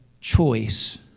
choice